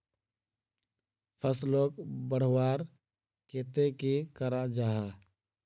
फसलोक बढ़वार केते की करा जाहा?